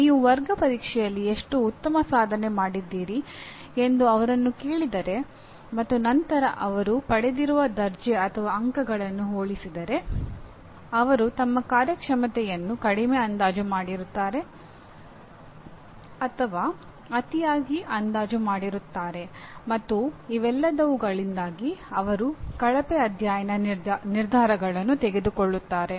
ನೀವು ವರ್ಗ ಪರೀಕ್ಷೆಯಲ್ಲಿ ಎಷ್ಟು ಉತ್ತಮ ಸಾಧನೆ ಮಾಡಿದ್ದೀರಿ ಎಂದು ಅವರನ್ನು ಕೇಳಿದರೆ ಮತ್ತು ನಂತರ ಅವರು ಪಡೆದಿರುವ ದರ್ಜೆ ಅಥವಾ ಅಂಕಗಳನ್ನು ಹೋಲಿಸಿದರೆ ಅವರು ತಮ್ಮ ಕಾರ್ಯಕ್ಷಮತೆಯನ್ನು ಕಡಿಮೆ ಅಂದಾಜು ಮಾಡಿರುತ್ತಾರೆ ಅಥವಾ ಅತಿಯಾಗಿ ಅಂದಾಜು ಮಾಡಿರುತ್ತಾರೆ ಮತ್ತು ಇವೆಲ್ಲವುಗಳಿಂದಾಗಿ ಅವರು ಕಳಪೆ ಅಧ್ಯಯನ ನಿರ್ಧಾರಗಳನ್ನು ತೆಗೆದುಕೊಳ್ಳುತ್ತಾರೆ